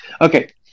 Okay